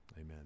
Amen